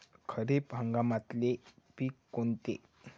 खरीप हंगामातले पिकं कोनते?